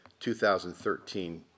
2013